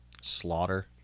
slaughter